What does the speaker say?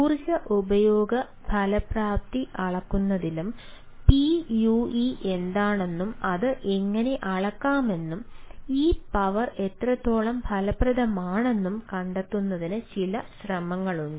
ഊർജ്ജ ഉപയോഗ ഫലപ്രാപ്തി അളക്കുന്നതിലും PUE എന്താണെന്നും അത് എങ്ങനെ അളക്കാമെന്നും ഈ പവർ എത്രത്തോളം ഫലപ്രദമാണെന്നും കണ്ടെത്തുന്നതിന് ചില ശ്രമങ്ങളുണ്ട്